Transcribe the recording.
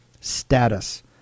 status